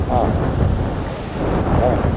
हाँ हाँ हाँ वही हाँ